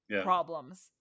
problems